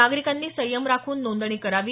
नागरिकांनी संयम राखून नोंदणी करावी